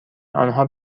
آنها